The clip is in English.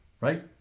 right